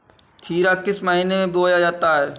खीरा किस महीने में बोया जाता है?